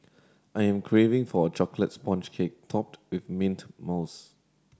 I am craving for a chocolate sponge cake topped with mint mousse